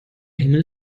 himmel